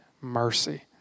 mercy